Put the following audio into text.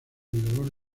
dolor